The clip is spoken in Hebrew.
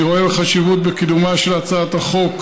אני רואה חשיבות בקידומה של הצעת החוק,